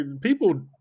people